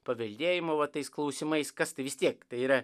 paveldėjimo va tais klausimais kas tai vis tiek tai yra